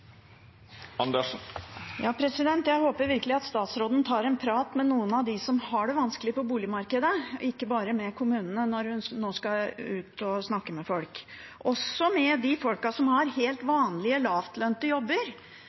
Jeg håper virkelig at statsråden tar en prat med noen av dem som har det vanskelig på boligmarkedet, ikke bare med kommunene, når hun nå skal ut og snakke med folk – også med dem som har helt vanlige lavtlønnede jobber,